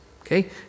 Okay